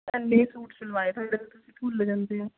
ਇੰਨੇ ਸੂਟ ਸਿਲਵਾਏ ਤੁਹਾਡੇ ਤੋਂ ਤੁਸੀਂ ਭੁੱਲ ਜਾਂਦੇ ਹੋ